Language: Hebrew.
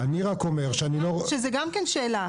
שזו גם שאלה.